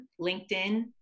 LinkedIn